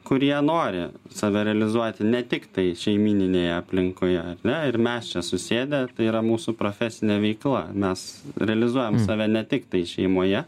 kurie nori save realizuoti ne tiktai šeimyninėje aplinkoje ar ne ir mes čia susėdę tai yra mūsų profesinė veikla mes realizuojam save ne tiktai šeimoje